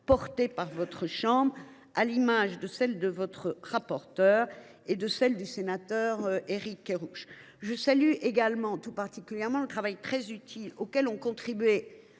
par votre chambre, à l’image de celle de Mme la rapporteure et du sénateur Éric Kerrouche. Je salue également tout particulièrement le travail utile auquel ont contribué